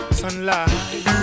sunlight